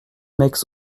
meix